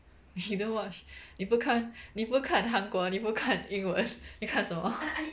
you don't watch 你不看你不看韩国你不看英文你看什么